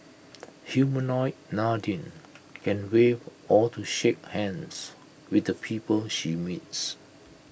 Humanoid Nadine can wave to or shake hands with the people she meets